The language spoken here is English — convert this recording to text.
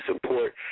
support